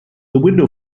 window